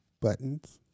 Buttons